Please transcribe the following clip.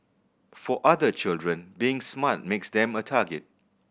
for other children being smart makes them a target